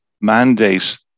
mandate